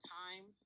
time